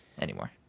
anymore